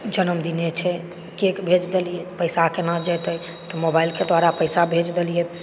जन्मदिने छै केक भेज देलियै पैसा केना जेतै मोबाईलके द्वारा पैसा भेज देलियै